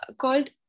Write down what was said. called